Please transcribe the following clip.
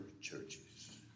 churches